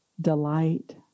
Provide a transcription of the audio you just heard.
delight